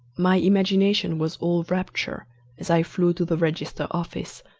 my imagination was all rapture as i flew to the register office,